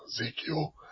Ezekiel